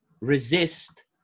resist